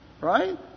Right